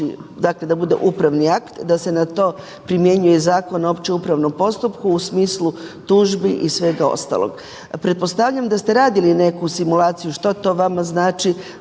dakle da bude upravni akt, da se na to primjenjuje Zakon o općem upravnom postupku u smislu tužbi i svega ostalog. Pretpostavljam da ste radili neku simulaciju što to vama znači,